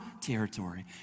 territory